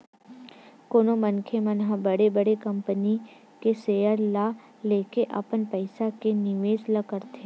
कोनो मनखे मन ह बड़े बड़े कंपनी मन के सेयर ल लेके अपन पइसा के निवेस ल करथे